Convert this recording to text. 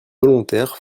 volontaires